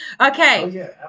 Okay